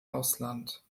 ausland